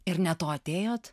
ir ne to atėjot